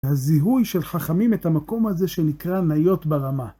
הזיהוי של חכמים את המקום הזה שנקרא ניות ברמה.